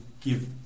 give